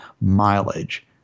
mileage